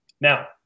Now